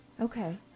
Okay